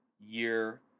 year